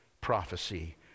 prophecy